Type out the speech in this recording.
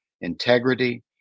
integrity